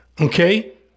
okay